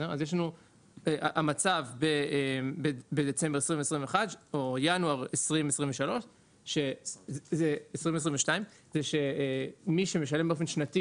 אז המצב בדצמבר 2021 או בינואר 2022 הוא שמי שמשלם באופן שנתי